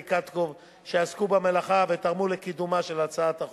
קטקוב שעסקו במלאכה ותרמו לקידומה של הצעת החוק.